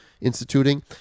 instituting